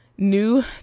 new